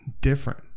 different